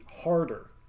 harder